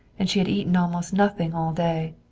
and she had eaten almost nothing all day.